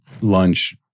lunch